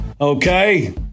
Okay